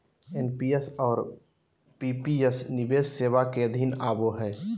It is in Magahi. एन.पी.एस और पी.पी.एस निवेश सेवा के अधीन आवो हय